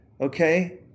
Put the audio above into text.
okay